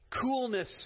coolness